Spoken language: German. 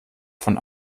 von